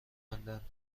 خندند